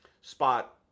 spot